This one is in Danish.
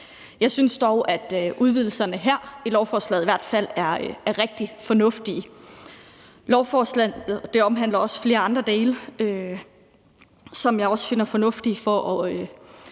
Jeg synes dog, at udvidelserne her i lovforslaget i hvert fald er rigtig fornuftige. Lovforslaget omhandler også flere andre dele, som jeg også finder fornuftige, for